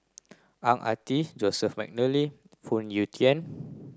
Ang Ah Tee Joseph Mcnally Phoon Yew Tien